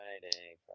Friday